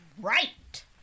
right